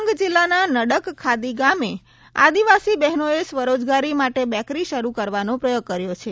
ડાંગ જિલ્લાના નડગખાદી ગામે આદિવાસી બહેનોએ સ્વરોજગારી માટે બેકરી શરૂ કરવાનો પ્રયોગ કર્યો છે